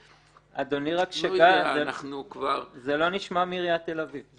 אדוני, זה לא נשמע מעיריית תל אביב.